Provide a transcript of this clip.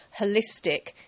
holistic